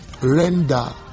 render